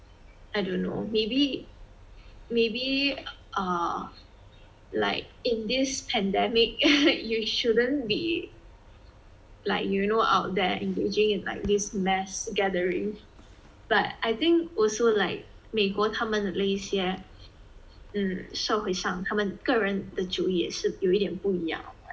I don't know maybe maybe err like in this pandemic you shouldn't be like you know out there engaging in like this mass gathering but I think also like 美国他们的那一些社会上他们个人的主意也是有一点不一样 like